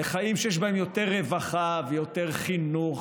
לחיים שיש בהם יותר רווחה ויותר חינוך